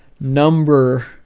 number